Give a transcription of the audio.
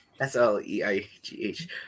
s-l-e-i-g-h